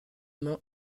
mains